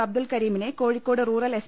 അബ്ദുൾകരീമിനെ Kozhikode rural S